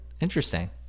Interesting